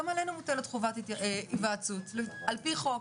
גם עלינו מוטלת חובת היוועצות על פי חוק,